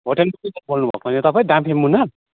hotel manager बोल्नुभएको होइन तपाईँ डाँफे मुनाल